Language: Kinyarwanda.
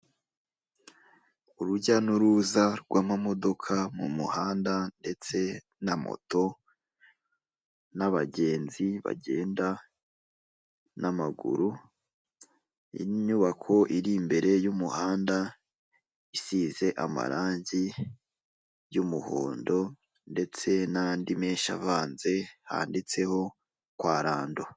Urujya n'uruza rw'amamodoka mu muhanda ndetse na moto n'abagenzi bagenda n'amaguru; inyubako iri imbere y'umuhanda isize amarangi y'umuhondo ndetse nandi menshi avanze handitseho kwa rando.